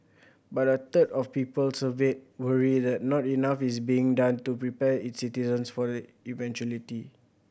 but a third of people surveyed worry that not enough is being done to prepare its citizens for the eventuality